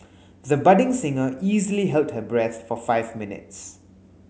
the budding singer easily held her breath for five minutes